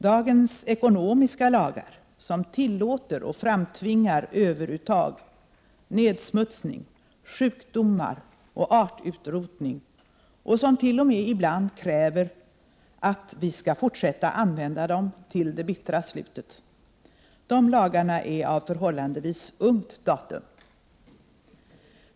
Dagens ekonomiska lagar, som tillåter och framtvingar överuttag, nedsmutsning, sjukdomar och artutrotning och som t.o.m. ibland kräver att vi skall fortsätta använda dem till det bittra slutet, de lagarna är av förhållandevis ungt datum.